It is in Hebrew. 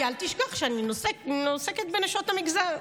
כי אל תשכח שאני עוסקת בנשות המגזר.